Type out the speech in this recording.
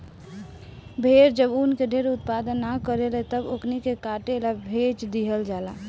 भेड़ जब ऊन के ढेर उत्पादन न करेले तब ओकनी के काटे ला भेज दीहल जाला